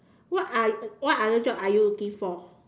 what ot~ what other job are you looking for